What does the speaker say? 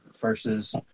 versus